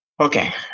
Okay